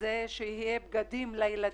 זה שיהיו בגדים לילדים.